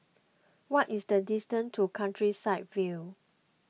what is the distance to Countryside View